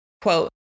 quote